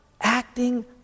acting